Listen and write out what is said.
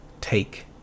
Take